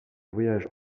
voyage